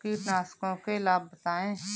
कीटनाशकों के लाभ बताएँ?